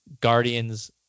Guardians